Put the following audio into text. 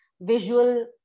visual